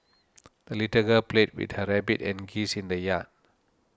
the little girl played with her rabbit and geese in the yard